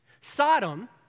Sodom